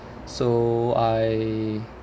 so I